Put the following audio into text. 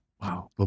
Wow